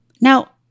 Now